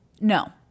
No